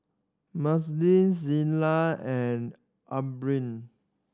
Mazie Celia and Aubrie